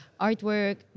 artwork